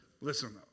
Listen